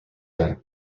day